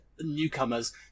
newcomers